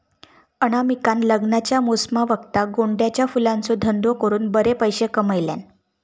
अनामिकान लग्नाच्या मोसमावक्ता गोंड्याच्या फुलांचो धंदो करून बरे पैशे कमयल्यान